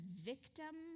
victim